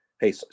hey